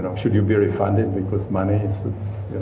and should you be refunded because money is